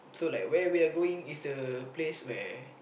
so like where we are going is the place where